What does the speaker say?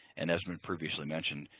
and as been previously mentioned,